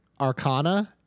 arcana